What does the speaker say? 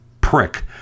prick